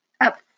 up